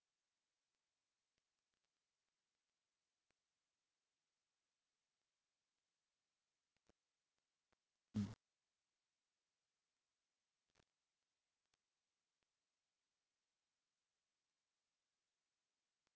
mm